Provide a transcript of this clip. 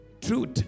truth